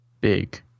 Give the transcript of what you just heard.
big